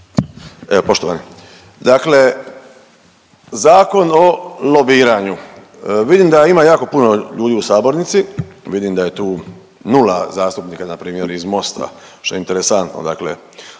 Evo poštovani, dakle Zakon o lobiranju. Vidim da ima jako puno ljudi u sabornici, vidim da je tu nula zastupnika na primjer iz Mosta što je interesantno. Dakle,